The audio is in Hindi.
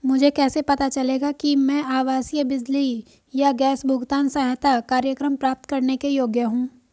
मुझे कैसे पता चलेगा कि मैं आवासीय बिजली या गैस भुगतान सहायता कार्यक्रम प्राप्त करने के योग्य हूँ?